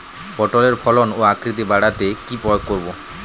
পটলের ফলন ও আকৃতি বাড়াতে কি প্রয়োগ করব?